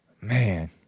Man